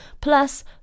plus